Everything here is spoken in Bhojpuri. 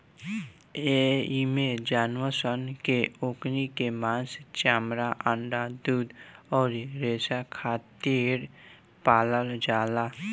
एइमे जानवर सन के ओकनी के मांस, चमड़ा, अंडा, दूध अउरी रेसा खातिर पालल जाला